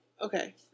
Okay